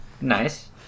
Nice